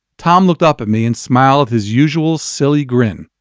tom looked up at me and smiled his usual silly grin.